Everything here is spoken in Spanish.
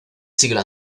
siglo